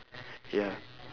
ya